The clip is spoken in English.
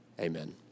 Amen